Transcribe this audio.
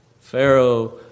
Pharaoh